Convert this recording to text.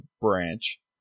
branch